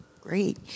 Great